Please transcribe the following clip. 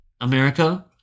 America